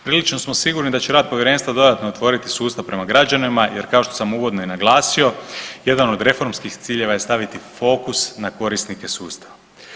Prilično smo sigurni da će rad Povjerenstva dodatno otvoriti sustav prema građanima, jer kao što sam uvodno i naglasio, jedan od reformskih ciljeva je staviti fokus na korisnike sustava.